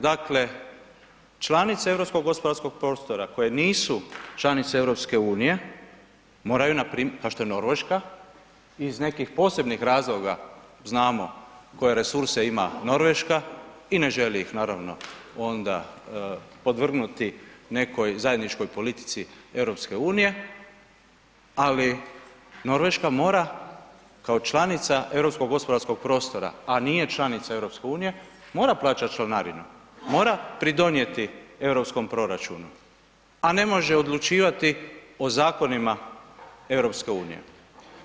Dakle članice europskog gospodarskog prostora koje nisu članice EU-a kao što je Norveška, iz nekih posebnih razloga znamo koje resurse ima Norveška i ne želi ih naravno onda podvrgnuti nekoj zajedničkoj politici EU-a ali Norveška mora kao članica europskog gospodarskog prostora a nije članica EU-a, mora plaćat članarinu, mora pridonijeti europskom proračunu a ne može odlučivati o zakonima EU-a.